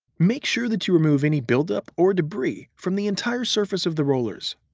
make sure that you remove any buildup or debris from the entire surface of the rollers.